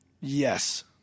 Yes